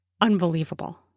unbelievable